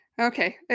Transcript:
okay